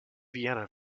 vienna